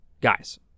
Guys